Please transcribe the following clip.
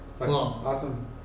awesome